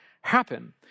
happen